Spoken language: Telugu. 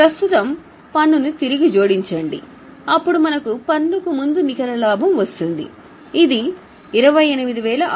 ప్రస్తుతం పన్నును తిరిగి జోడించండి అప్పుడు మనకు పన్నుకు ముందు నికర లాభం వస్తుంది ఇది 28600